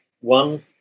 One